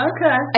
Okay